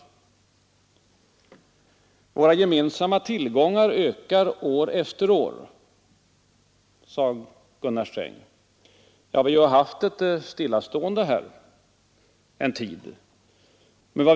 Våra gemensamma tillgångar ökar år efter år, sade Gunnar Sträng. Men vi har haft ett stillastående ett par år.